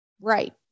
Right